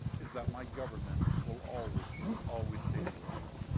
is that my government will always, always stand with you.